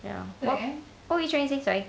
ya what were you trying to say sorry